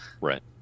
Right